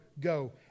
go